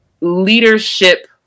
leadership